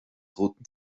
roten